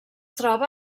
troba